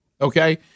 Okay